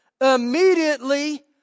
Immediately